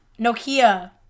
Nokia